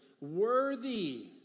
worthy